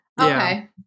Okay